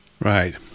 Right